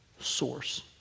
source